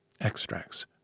Extracts